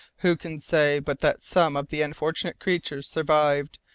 who can say but that some of the unfortunate creatures survived,